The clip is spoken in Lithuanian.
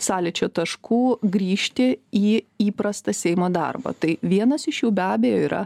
sąlyčio taškų grįžti į įprastą seimo darbą tai vienas iš jų be abejo yra